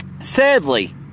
Sadly